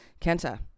Kenta